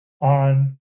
on